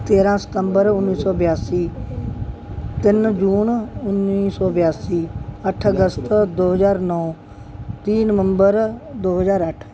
ਤੇਰਾਂ ਸਤੰਬਰ ਉੱਨੀ ਸੌ ਬਿਆਸੀ ਤਿੰਨ ਜੂਨ ਉੱਨੀ ਸੌ ਬਿਆਸੀ ਅੱਠ ਅਗਸਤ ਦੋ ਹਜ਼ਾਰ ਨੌਂ ਤੀਹ ਨਵੰਬਰ ਦੋ ਹਜ਼ਾਰ ਅੱਠ